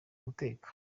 guteka